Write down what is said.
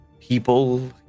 people